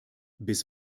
bis